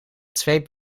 twee